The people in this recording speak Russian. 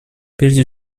прежде